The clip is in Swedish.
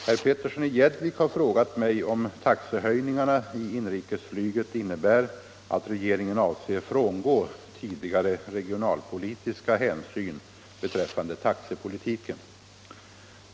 Herr Petersson i Gäddvik har frågat mig om taxehöjningarna i inrikesflyget innebär att regeringen avser frångå tidigare regionalpolitiska hänsyn beträffande taxepolitiken.